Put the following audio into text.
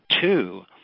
two